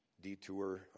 detour